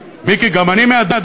מיקי, מיקי, גם אני מהדרום.